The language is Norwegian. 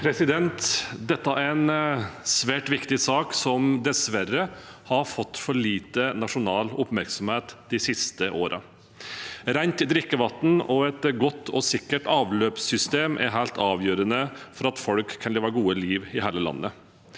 Dette er en svært vik- tig sak som dessverre har fått for lite nasjonal oppmerksomhet de siste årene. Rent drikkevann og et godt og sikkert avløpssystem er helt avgjørende for at folk skal kunne leve et godt liv i hele landet.